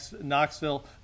Knoxville